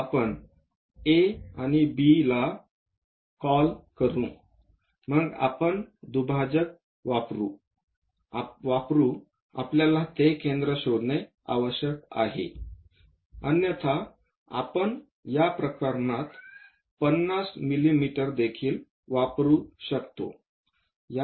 आपण A आणि B ला म्हणू मग आपण दुभाजक वापरू आपल्याला ते केंद्र शोधणे आवश्यक आहे अन्यथा आपण या प्रकरणात 50 मिमी देखील वापरू शकतो